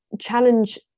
challenge